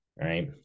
right